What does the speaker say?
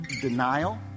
denial